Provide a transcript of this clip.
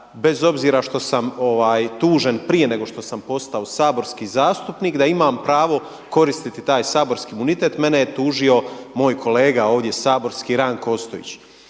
bez obzira što sam tužen prije nego što sam posao saborski zastupnik da imam pravo koristiti taj saborski imunitet. Mene je tužio moj kolega ovdje saborski Ranko Ostojić.